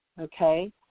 okay